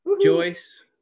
Joyce